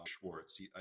Schwartz